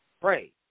pray